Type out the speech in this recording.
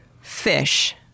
Fish